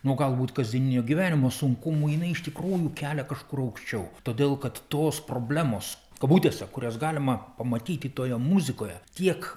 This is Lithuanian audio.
nuo galbūt kasdieninio gyvenimo sunkumų jinai iš tikrųjų kelia kažkur aukščiau todėl kad tos problemos kabutėse kurias galima pamatyti toje muzikoje tiek